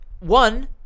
One